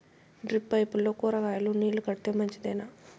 Drip పైపుల్లో కూరగాయలు నీళ్లు కడితే మంచిదేనా?